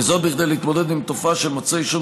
וזאת כדי להתמודד עם תופעה של מוצרי עישון